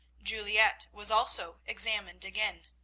juliette was also examined again.